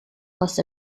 was